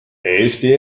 eesti